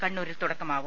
കണ്ണൂരിൽ തുടക്കമാവും